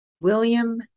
William